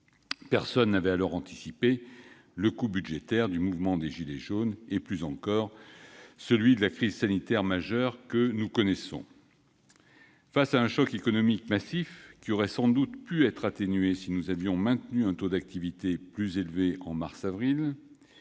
Personne alors n'avait anticipé le coût budgétaire du mouvement des « gilets jaunes », encore moins celui de la crise sanitaire majeure que nous connaissons ... Face à un choc économique massif, qui aurait sans doute pu être atténué si nous avions maintenu un taux d'activité plus élevé en mars et avril,